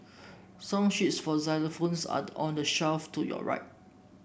song sheets for xylophones are on the shelf to your right